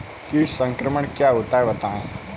कीट संक्रमण क्या होता है बताएँ?